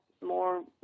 more